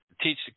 Teach